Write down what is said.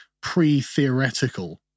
pre-theoretical